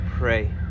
Pray